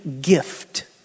gift